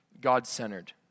God-centered